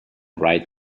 right